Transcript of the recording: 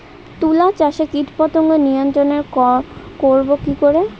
তুলা চাষে কীটপতঙ্গ নিয়ন্ত্রণর করব কি করে?